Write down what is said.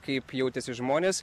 kaip jautėsi žmonės